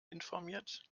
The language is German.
informiert